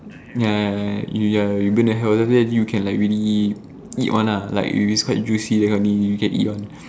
ya ya ya you burn the hair then after that you like really eat one lah it's quite juicy that kind of thing you can eat one